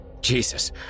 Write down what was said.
Jesus